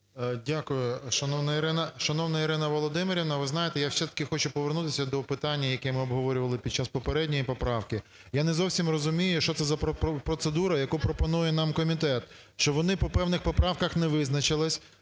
Дякую, шановна Ірина Володимирівна! Ви знаєте, я все-так хочу повернутися до питання, яке ми обговорювали під час попередньої поправки. Я не зовсім розумію, що це за процедура, яку пропонує нам комітет, що вони по певних поправках не визначились.